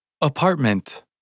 Apartment